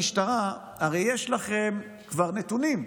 את המשטרה: הרי יש לכם כבר נתונים,